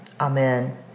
Amen